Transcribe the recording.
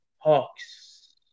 Hawks